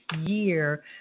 year